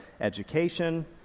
education